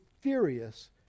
furious